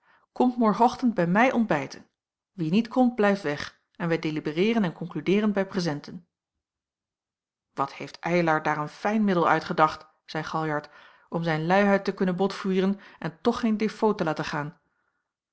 morgen ochtend bij mij ontbijten wie niet komt blijft weg en wij delibereeren en konkludeeren bij prezenten wat heeft eylar daar een fijn middel uitgedacht zeî galjart om zijn luiheid te kunnen botvieren en toch geen defaut te laten gaan